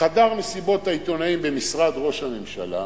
חדר מסיבות העיתונאים במשרד ראש הממשלה,